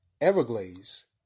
Everglades